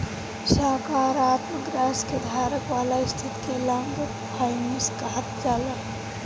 सकारात्मक राशि के धारक वाला स्थिति के लॉन्ग फाइनेंस कहल जाला